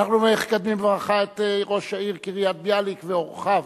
אנחנו מקדמים בברכה את ראש העיר קריית-ביאליק ואורחיו,